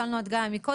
שאלנו את גאיה מקודם,